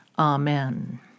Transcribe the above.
Amen